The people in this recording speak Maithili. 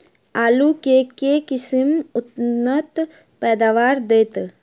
आलु केँ के किसिम उन्नत पैदावार देत?